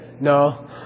no